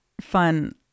fun